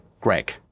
greg